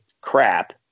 crap